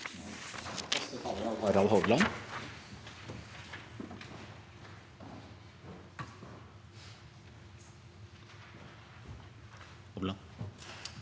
Harald Hovland